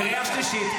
קריאה שלישית.